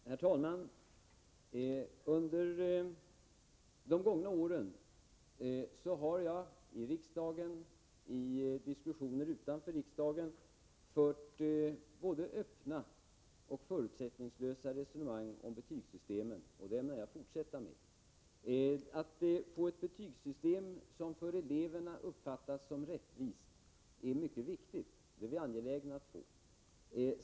Herr talman! Under de gångna åren har jag i riksdagen och i diskussioner utanför riksdagen fört både öppna och förutsättningslösa resonemang om betygssystemen, och det ämnar jag fortsätta med. Att få ett betygssystem som uppfattas som rättvist för eleverna är mycket viktigt; vi är angelägna att få det.